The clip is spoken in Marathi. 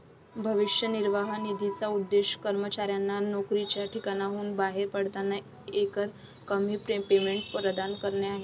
भविष्य निर्वाह निधीचा उद्देश कर्मचाऱ्यांना नोकरीच्या ठिकाणाहून बाहेर पडताना एकरकमी पेमेंट प्रदान करणे आहे